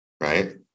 right